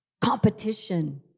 competition